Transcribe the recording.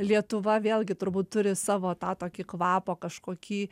lietuva vėlgi turbūt turi savo tą tokį kvapo kažkokį